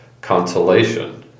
consolation